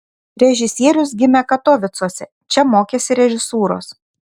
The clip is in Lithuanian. režisierius gimė katovicuose čia mokėsi režisūros